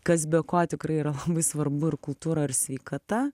kas be ko tikrai yra labai svarbu ir kultūra ir sveikata